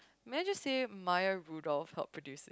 may I just say Maya-Rudolph help produce